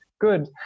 good